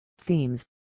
themes